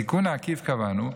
בתיקון העקיף קבענו,